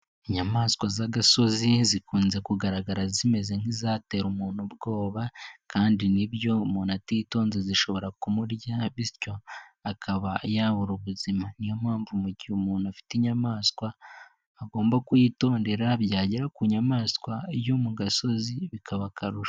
Inyamaswa z'agasozi zikunze kugaragara zimeze nkizatera umuntu ubwoba kandi nibyo umuntu atitonze zishobora kumurya bityo akaba yabura ubuzima, niyo mpamvu mu gihe umuntu afite inyamaswa agomba kuyitondera byagera ku nyamaswa yo mu gasozi bikaba akarusho.